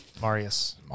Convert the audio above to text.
Marius